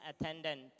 attendant